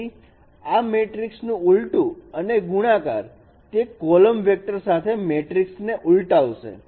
તેથી આ મેટ્રિક્સનું ઉલટુ અને ગુણાકાર તે કોલમ વેક્ટર સાથે મેટ્રિકસ ને ઉલ્ટાવશે